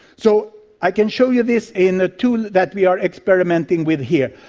so i can show you this in a tool that we are experimenting with here.